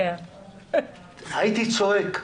הייתי צועק,